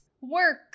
work